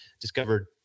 discovered